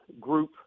group